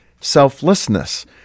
selflessness